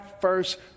first